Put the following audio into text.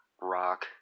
rock